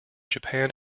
japan